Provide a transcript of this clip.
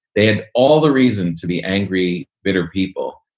they had all the reason to be angry, bitter people.